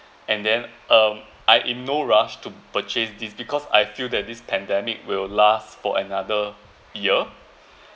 and then um I in no rush to purchase this because I feel that this pandemic will last for another year